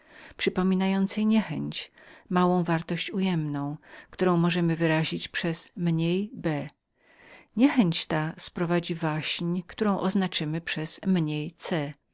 rodzaj odrazy małą wartość odjemną którą możemy wyrazić przez mniej b odraza ta sprowadzi kłótnię którą oznaczymy przez mniej c